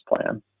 plan